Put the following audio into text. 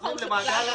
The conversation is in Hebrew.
שחוזרים למעגל הטרור.